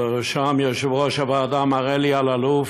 ובראשם יושב-ראש הוועדה מר אלי אלאלוף,